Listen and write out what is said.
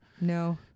no